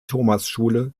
thomasschule